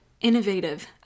innovative